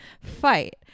fight